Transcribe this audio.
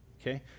Okay